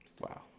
Wow